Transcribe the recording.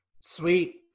Sweet